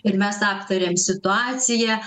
ir mes aptarėm situaciją